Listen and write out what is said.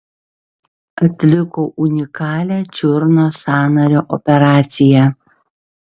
atliko unikalią čiurnos sąnario operaciją